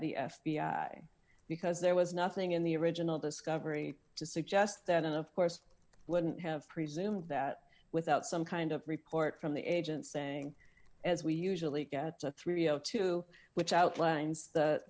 the f b i because there was nothing in the original discovery to suggest that and of course i wouldn't have presumed that without some kind of report from the agent saying as we usually get three o two which outlines